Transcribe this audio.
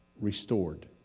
restored